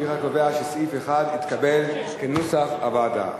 לפיכך אני קובע שסעיף 1 התקבל כנוסח הוועדה.